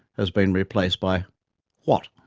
has been replaced by what.